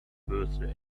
birthday